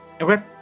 Okay